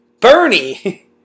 Bernie